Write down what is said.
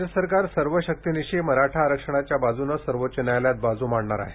राज्य सरकार सर्व शक्तीनिशी मराठा आरक्षणाच्या बाजूने सर्वोच्च न्यायालयात बाजू मांडणार आहे